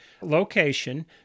location